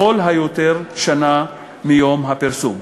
לכל היותר שנה מיום הפרסום.